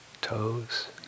toes